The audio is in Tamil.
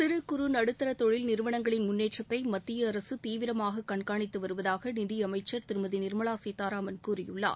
சிறு குறு நடுத்தர தொழில் நிறுவனங்களின் முன்னேற்றத்தை மத்திய அரசு தீவிரமாக கண்காணித்து வருவதாக நிதியமைச்சர் திருமதி நிர்மலா சீதாராமன் கூறியுள்ளார்